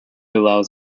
allows